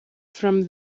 from